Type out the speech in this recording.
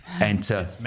Enter